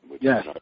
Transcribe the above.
Yes